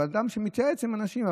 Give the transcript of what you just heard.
אבל כן אדם שמתייעץ עם אנשים,